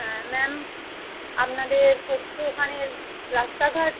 হ্যাঁ ম্যাম আপনাদের ওখানের রাস্তাঘাট